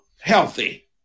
healthy